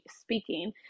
speaking